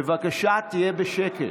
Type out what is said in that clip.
בבקשה, תהיה בשקט.